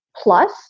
plus